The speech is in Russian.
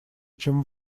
чем